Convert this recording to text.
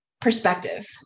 perspective